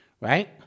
Right